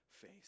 face